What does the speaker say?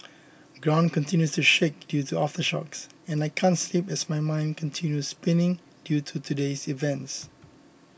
ground continues to shake due to aftershocks and I can't sleep as my mind continue spinning due to today's events